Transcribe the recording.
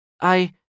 I-